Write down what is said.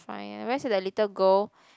fine just that the little girl